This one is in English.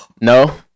no